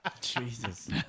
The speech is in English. Jesus